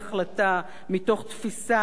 מתוך תפיסה חלוצית,